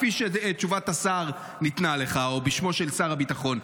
כפי שתשובת השר ניתנה לך בשמו של שר הביטחון,